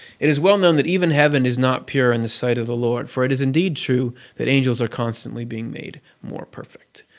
it is well known that even heaven is not pure in the sight of the lord, for it is indeed true that angels are constantly being made more perfect.